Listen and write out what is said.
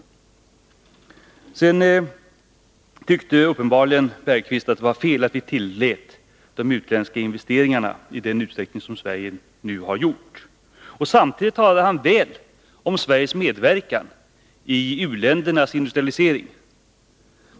Jan Bergqvist tycker uppenbarligen att det var fel att vi tillät utländska investeringar i den utsträckning som Sverige nu har gjort, men samtidigt talade han väl om Sveriges medverkan i u-ländernas industrialisering.